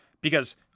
because-